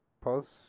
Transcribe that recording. post